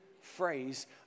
phrase